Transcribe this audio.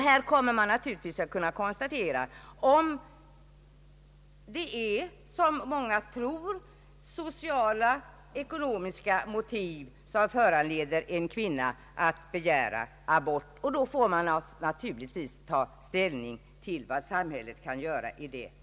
Här kommer man att kunna konstatera om det, som många tror, är huvudsakligen sociala och ekonomiska motiv som föranleder en kvinna att begära abort. I så fall får man naturligtvis i hög grad beakta vad samhället kan göra för henne.